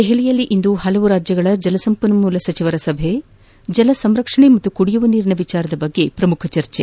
ದೆಹಲಿಯಲ್ಲಿಂದು ಹಲವು ರಾಜ್ಯಗಳ ಜಲಸಂಪನ್ನೂಲ ಮಂತ್ರಿಗಳ ಸಭೆ ಜಲ ಸಂರಕ್ಷಣೆ ಮತ್ತು ಕುಡಿಯುವ ನೀರಿನ ವಿಷಯದ ಬಗ್ಗೆ ಪ್ರಮುಖ ಚರ್ಚೆ